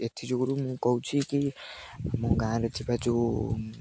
ଏଥିଯୋଗୁରୁ ମୁଁ କହୁଛି କି ମୋ ଗାଁରେ ଥିବା ଯେଉଁ